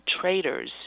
traders